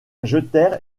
jeter